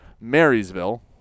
Marysville